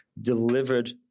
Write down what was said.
delivered